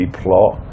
plot